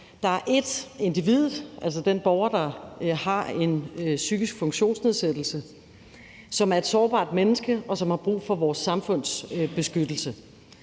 ene side individet, altså den borger, der har en psykisk funktionsnedsættelse, som er et sårbart menneske, og som har brug for vores samfunds beskyttelse.